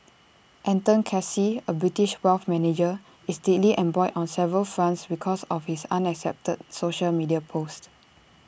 Anton Casey A British wealth manager is deeply embroiled on several fronts because of his unacceptable social media posts